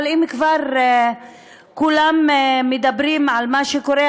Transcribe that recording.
אבל אם כבר כולם מדברים על מה שקורה,